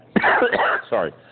Sorry